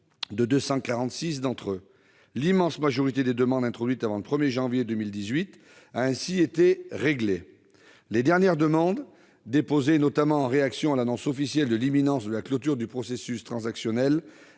de 246 d'entre eux. L'immense majorité des demandes introduites avant le 1 janvier 2018 a ainsi été traitée. Les dernières demandes, déposées notamment en réaction à l'annonce officielle de l'imminence de la clôture du processus transactionnel,